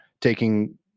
taking